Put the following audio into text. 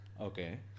Okay